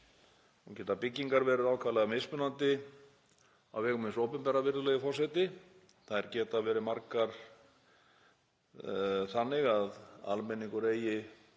Nú geta byggingar verið ákaflega mismunandi á vegum hins opinbera, virðulegi forseti. Þær geta verið margar þannig að almenningur eigi